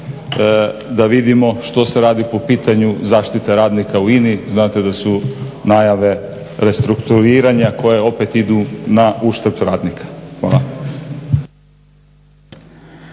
da vidimo što se radi po pitanju zaštite radnika u Ini. Znate da su najave restrukturiranja koja opet idu na uštap radnika.